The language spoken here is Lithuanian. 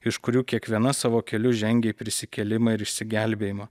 iš kurių kiekviena savo keliu žengia į prisikėlimą ir išsigelbėjimą